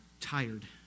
tired